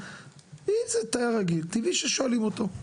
אם זה תייר רגיל, טבעי ששואלים אותו.